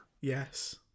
Yes